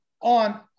on